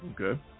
Okay